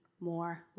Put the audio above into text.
more